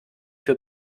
für